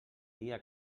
dia